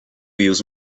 use